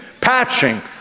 patching